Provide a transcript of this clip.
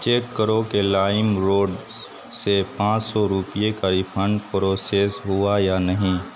check کرو کہ LimeRoad سے پانچ سو روپیے کا ریپھنڈ پروسیز ہوا یا نہیں